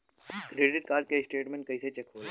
Credit card के statement कइसे check होला?